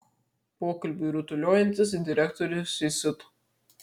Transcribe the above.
pokalbiui rutuliojantis direktorius įsiuto